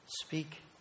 speak